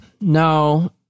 No